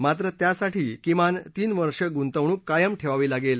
मात्र त्यासाठी किमान तीन वर्ष गुंतवणूक कायम ठेवावी लागेल